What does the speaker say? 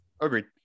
Agreed